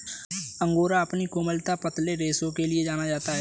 angora अपनी कोमलता, पतले रेशों के लिए जाना जाता है